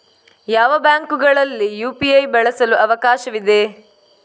ಯಾವ ಬ್ಯಾಂಕುಗಳಲ್ಲಿ ಯು.ಪಿ.ಐ ಬಳಸಲು ಅವಕಾಶವಿದೆ?